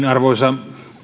arvoisa